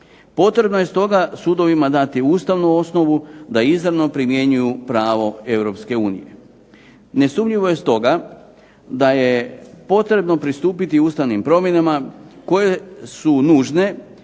Potrebno je stoga sudovima dati ustavnu osnovu da izravno primjenjuju pravo EU. Nesumnjivo je stoga da je potrebno pristupiti ustavnim promjenama koje su nužne